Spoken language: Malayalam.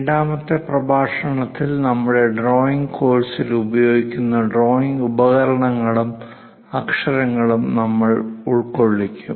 രണ്ടാമത്തെ പ്രഭാഷണത്തിൽ നമ്മുടെ ഡ്രോയിംഗ് കോഴ്സിൽ ഉപയോഗിക്കുന്ന ഡ്രോയിംഗ് ഉപകരണങ്ങളും അക്ഷരങ്ങളും നമ്മൾ ഉൾക്കൊള്ളിക്കും